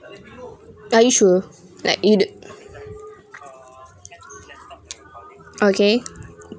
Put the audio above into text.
are you sure like you do okay